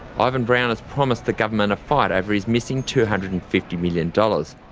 ivan brown has promised the government a fight over his missing two hundred and fifty million dollars.